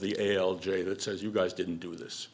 the ale j that says you guys didn't do this